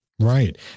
Right